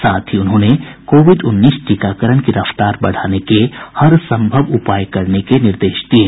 साथ ही उन्होंने कोविड उन्नीस टीकाकरण की रफ्तार बढ़ाने के हर संभव उपाय करने के निर्देश दिये